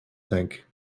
think